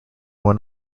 one